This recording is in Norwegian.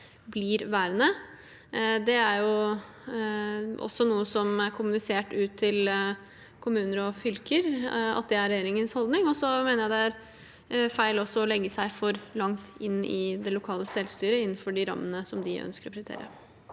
blir værende. Det er kommunisert ut til kommuner og fylker at det er regjeringens holdning, men jeg mener også at det blir feil å legge seg for mye borti det lokale selvstyret, innenfor de rammene som de ønsker å prioritere.